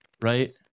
right